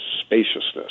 spaciousness